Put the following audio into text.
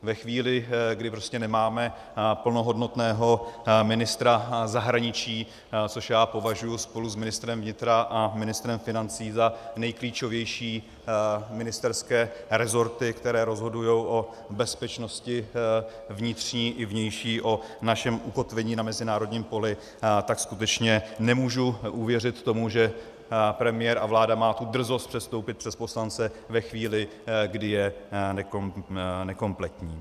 Ve chvíli, kdy prostě nemáme plnohodnotného ministra zahraničí, což já považuji spolu s ministrem vnitra a ministrem financí za nejklíčovější ministerské resorty, které rozhodují o bezpečnosti vnitřní i vnější, o našem ukotvení na mezinárodním poli, tak skutečně nemůžu uvěřit tomu, že premiér a vláda má tu drzost předstoupit před poslance ve chvíli, kdy je nekompletní.